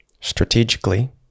strategically